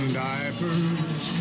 diapers